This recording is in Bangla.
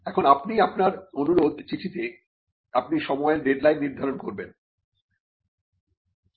এখন আপনি আপনার অনুরোধ চিঠিতে আপনি সময়ের ডেডলাইন নির্ধারণ করবেন